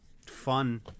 fun